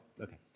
Okay